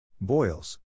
Boils